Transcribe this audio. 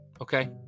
Okay